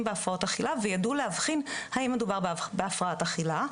בהפרעות אכילה וידעו להבחין האם מדובר בהפרעת אכילה,